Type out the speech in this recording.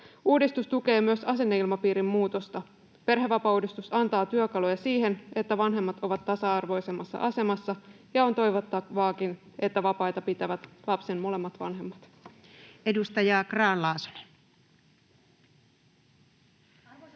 Uudistus tukee myös asenneilmapiirin muutosta. Perhevapaauudistus antaa työkaluja siihen, että vanhemmat ovat tasa-arvoisemmassa asemassa, ja on toivottavaakin, että vapaita pitävät lapsen molemmat vanhemmat. [Speech 220] Speaker: Anu Vehviläinen